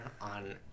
on